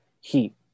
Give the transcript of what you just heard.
Heat